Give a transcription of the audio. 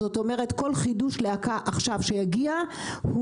זאת אומרת כל חידוש להקה עכשיו שיגיע הוא